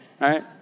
right